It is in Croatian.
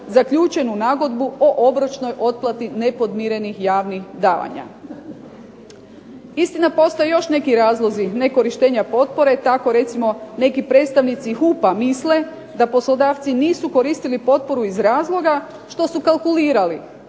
zaključenu nagodbu o obročnoj otplati nepodmirenih javnih davanja. Istina postoje još neki razlozi nekorištenja potpore. Tako recimo neki predstavnici HUP-a misle da poslodavci nisu koristili potporu iz razloga što su kalkulirali,